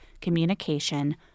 communication